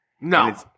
No